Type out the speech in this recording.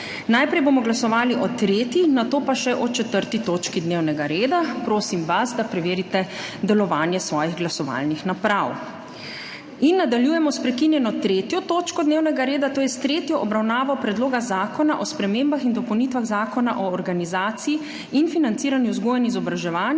Najprej bomo glasovali o 3., nato pa še o 4. točki dnevnega reda. Prosim vas, da preverite delovanje svojih glasovalnih naprav. Nadaljujemo s prekinjeno 3. točko dnevnega reda - tretja obravnava Predloga zakona o spremembah in dopolnitvah Zakona o organizaciji in financiranju vzgoje in izobraževanja,